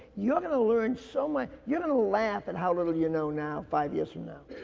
you're gonna learn so much. you're gonna laugh at how little you know now five years from now.